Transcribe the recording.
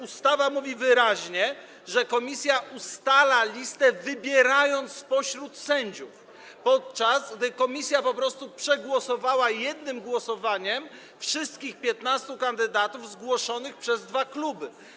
Ustawa mówi wyraźnie, że komisja ustala listę, wybierając spośród sędziów, podczas gdy komisja po prostu przegłosowała w jednym głosowaniu wszystkich 15 kandydatów zgłoszonych przez dwa kluby.